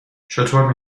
چطور